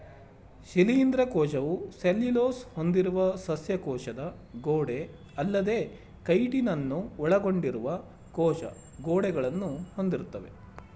ಶಿಲೀಂಧ್ರ ಕೋಶವು ಸೆಲ್ಯುಲೋಸ್ ಹೊಂದಿರುವ ಸಸ್ಯ ಕೋಶದ ಗೋಡೆಅಲ್ಲದೇ ಕೈಟಿನನ್ನು ಒಳಗೊಂಡಿರುವ ಕೋಶ ಗೋಡೆಗಳನ್ನು ಹೊಂದಿರ್ತವೆ